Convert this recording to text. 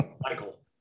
Michael